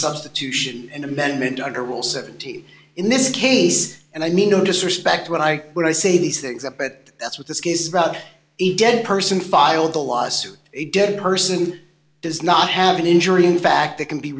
substitution an amendment under rule seventy in this case and i mean no disrespect when i when i say these things that that's what this case is about a dead person filed a lawsuit a dead person does not have an injury in fact that can be